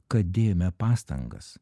kad dėjome pastangas